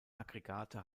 aggregate